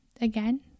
again